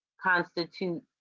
constitute